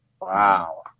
Wow